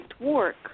work